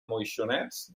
moixonets